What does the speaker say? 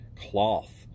cloth